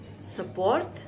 support